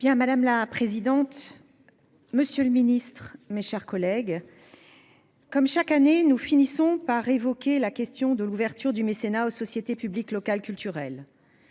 Madame la présidente, monsieur le ministre, mes chers collègues, comme chaque année, nous finissons par évoquer la question de l'ouverture du mécénat aux sociétés publiques locales (SPL) culturelles.